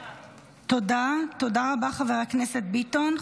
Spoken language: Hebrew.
תודה, תודה רבה, חבר הכנסת ביטון.